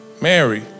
Mary